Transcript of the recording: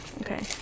Okay